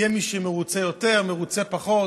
יהיה מי שמרוצה יותר או מרוצה פחות.